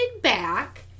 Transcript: back